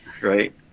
right